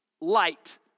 light